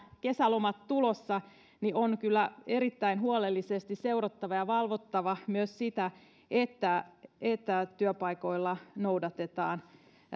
kesälomat ovat tulossa niin on kyllä erittäin huolellisesti seurattava ja valvottava myös sitä että että työpaikoilla noudatetaan